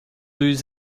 lose